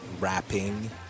rapping